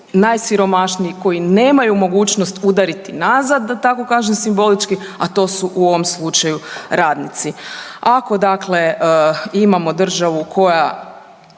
najsiromašniji, koji nemaju mogućnost udariti nazad da tako kažem simbolički, a to su u ovom slučaju radnici. Ako dakle imamo državu koja